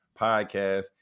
podcast